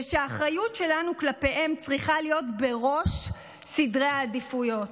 ושהאחריות שלנו כלפיהם צריכה להיות בראש סדרי העדיפויות.